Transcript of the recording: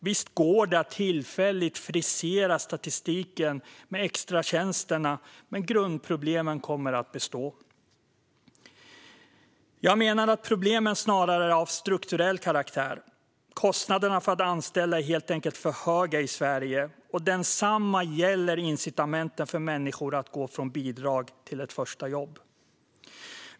Visst går det att tillfälligt frisera statistiken med extratjänsterna, men grundproblemen kommer att bestå. Jag menar att problemen snarare är av strukturell karaktär. Kostnaderna för att anställa är helt enkelt för höga i Sverige, och incitamenten för människor att gå från bidrag till ett första jobb är för små.